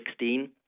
2016